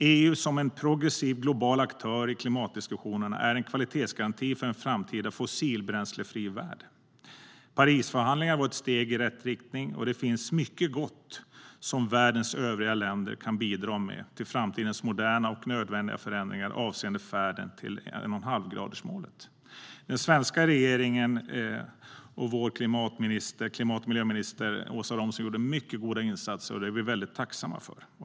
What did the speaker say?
EU som en progressiv global aktör i klimatdiskussionerna är en kvalitetsgaranti för en framtida fossilbränslefri värld. Parisförhandlingarna var ett steg i rätt riktning, och det finns mycket gott som världens övriga länder kan bidra med till framtidens moderna och nödvändiga förändringar avseende färden till 1,5-gradersmålet. Den svenska regeringen och vår klimat och miljöminister Åsa Romson gjorde mycket goda insatser, och det är vi väldigt tacksamma för.